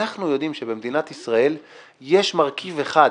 אנחנו יודעים שבמדינת ישראל יש מרכיב אחד,